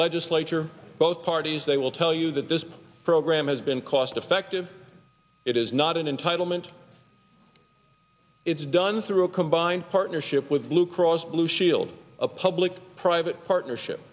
legislature both parties they will tell you that this program has been cost effective it is not an entitlement it's done through a combined partnership with blue cross blue shield a public private partnership